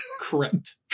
Correct